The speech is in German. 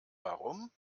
warum